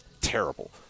terrible